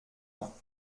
ans